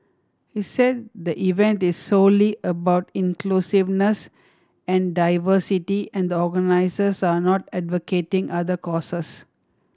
he said the event is solely about inclusiveness and diversity and the organisers are not advocating other causes